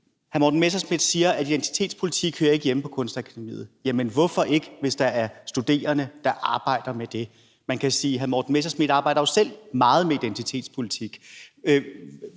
Hr. Morten Messerschmidt siger, at identitetspolitik ikke hører hjemme på Kunstakademiet. Jamen hvorfor ikke, hvis der er studerende, der arbejder med det? Man kan sige, at hr. Morten Messerschmidt jo selv arbejder meget med identitetspolitik.